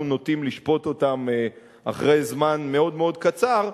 אנחנו נוטים לשפוט אותם אחרי זמן מאוד קצר,